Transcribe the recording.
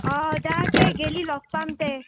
অঁ দা তে গ'লে লগ পাম তে